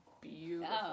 beautiful